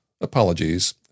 Apologies